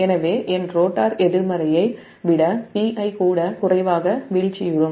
எனவே என் ரோட்டார் எதிர்மறையை விட Pi குறைவாக வீழ்ச்சியுறும்